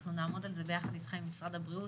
אנחנו נעמוד על זה ביחד איתכם עם משרד הבריאות,